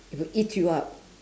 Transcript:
it will eat you up